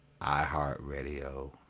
iHeartRadio